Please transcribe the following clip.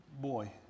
boy